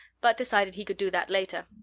but decided he could do that later.